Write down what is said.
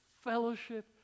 fellowship